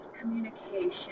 communication